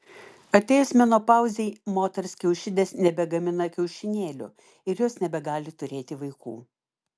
atėjus menopauzei moters kiaušidės nebegamina kiaušinėlių ir jos nebegali turėti vaikų